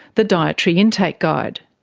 the dietary intake guide.